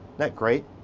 that great?